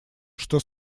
что